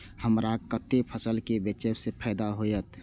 हमरा कते फसल बेचब जे फायदा होयत?